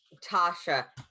Tasha